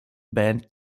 band